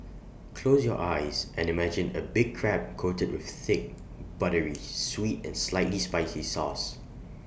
close your eyes and imagine A big Crab coated with thick buttery sweet and slightly spicy sauce